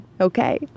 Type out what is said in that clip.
Okay